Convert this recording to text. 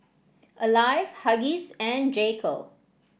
Alive Huggies and J Co